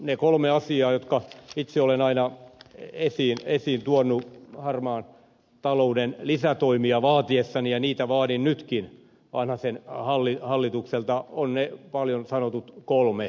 ne kolme asiaa jotka itse olen aina esiin tuonut harmaan talouden lisätoimia vaatiessani ja joita vaadin nytkin vanhasen hallitukselta ovat ne paljon puhutut kolme